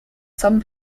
some